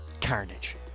carnage